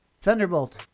Thunderbolt